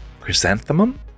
Chrysanthemum